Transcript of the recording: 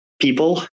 people